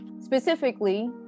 specifically